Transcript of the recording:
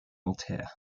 voltaire